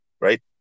right